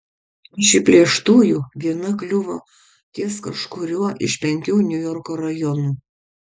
iš įplėštųjų viena kliuvo ties kažkuriuo iš penkių niujorko rajonų